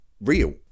real